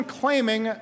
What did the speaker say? claiming